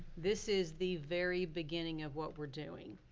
this is the very beginning of what we're doing,